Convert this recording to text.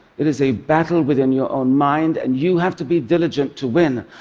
it is a battle within your own mind, and you have to be diligent to win.